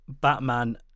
Batman